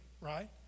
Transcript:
right